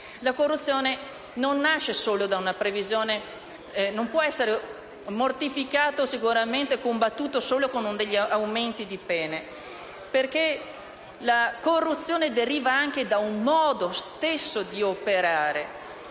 La corruzione non nasce solo da una previsione; non può essere mortificata e combattuta solo con aumenti di pene, perché la corruzione deriva anche da un modo di operare.